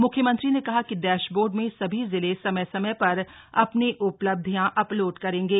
म्ख्यमंत्री ने कहा कि डैशबोर्ड में सभी जिले समय समय पर अपनी उपलब्धियां अपलोड करेंगे